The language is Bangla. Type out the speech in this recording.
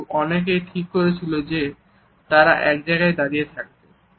কিন্তু অনেকেই ঠিক করেছিল যে তারা এক জায়গায় দাঁড়িয়ে থাকবে